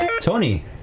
Tony